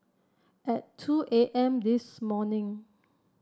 at two A M this morning